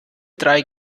drei